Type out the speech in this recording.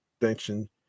extension